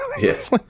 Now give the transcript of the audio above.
Yes